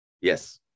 Yes